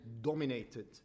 dominated